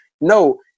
No